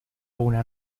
una